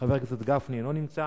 של חבר הכנסת משה גפני, אינו נמצא,